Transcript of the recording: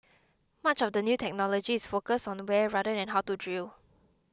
much of the new technology is focused on where rather than how to drill